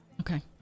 Okay